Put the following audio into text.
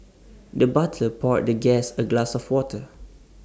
the butler poured the guest A glass of water